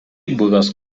buvęs